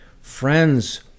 Friends